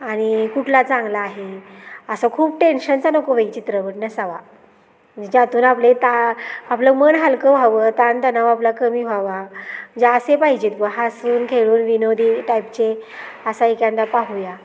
आणि कुठला चांगला आहे असं खूप टेन्शनचा नको बाई चित्रपट नसावा ज्यातून आपले ता आपलं मन हलकं व्हावं ताणतणाव आपला कमी व्हावा म्हणजे असे पाहिजे आहेत ब हसून खेळून विनोदी टाईपचे असा एखादा पाहूया